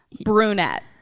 Brunette